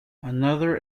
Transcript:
another